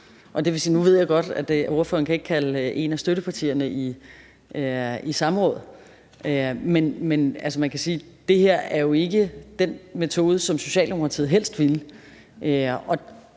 Nu ved jeg godt, at ordføreren ikke kan kalde et af støttepartierne i samråd, men det er jo ikke den metode, som Socialdemokratiet helst ville